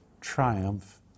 triumph